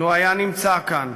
לו נמצא כאן,